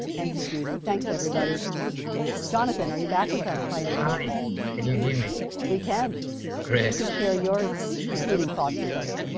thank you cd thanks everybody jonathan are you back with us by any party can you hear me weekend credit share your concluding thoughts with us